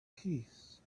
peace